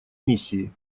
миссии